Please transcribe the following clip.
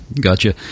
gotcha